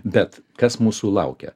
bet kas mūsų laukia